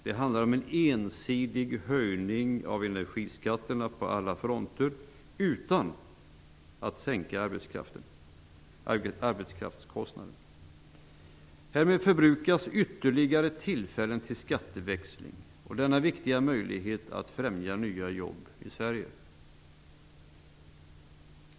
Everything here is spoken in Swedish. Det handlar om en ensidig höjning av energiskatterna på alla fronter, utan att kostnaderna för arbetskraften sänks. Härmed förbrukas ytterligare tillfällen till skatteväxling och denna viktiga möjlighet att främja nya jobb i Sverige.